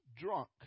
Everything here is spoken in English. drunk